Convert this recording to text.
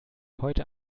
heute